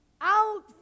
out